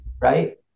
right